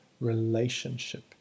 relationship